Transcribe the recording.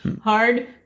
Hard